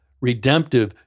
redemptive